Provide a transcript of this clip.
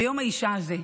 ביום האישה הזה,